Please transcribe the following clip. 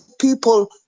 people